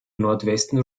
nordwesten